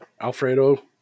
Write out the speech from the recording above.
Alfredo